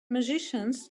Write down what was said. musicians